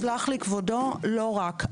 יסלח לי כבודו, אבל לא רק.